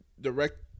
direct